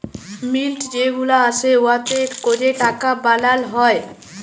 মিল্ট যে গুলা আসে উয়াতে ক্যরে টাকা বালাল হ্যয়